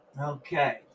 Okay